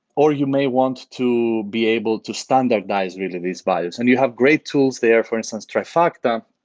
or you may want to be able to standardize really this bias and you have great tools there, for instance, trifecta,